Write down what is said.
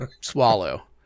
swallow